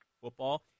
football